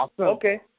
okay